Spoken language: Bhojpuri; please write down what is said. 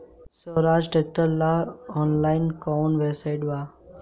सोहराज ट्रैक्टर ला ऑनलाइन कोउन वेबसाइट बा?